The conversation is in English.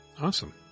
Awesome